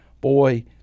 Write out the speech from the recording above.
Boy